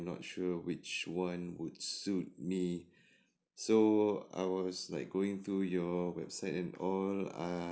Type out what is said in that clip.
not sure which one would suit me so I was like going through your website and all uh